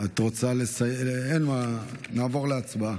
אינו נוכח,